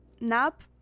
nap